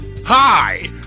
Hi